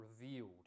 revealed